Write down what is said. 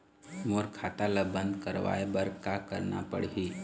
मोर खाता ला बंद करवाए बर का करना पड़ही?